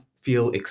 feel